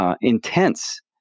Intense